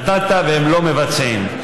נתת והם לא מבצעים.